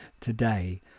today